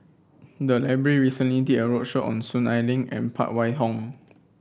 the library recently did a roadshow on Soon Ai Ling and Phan Wait Hong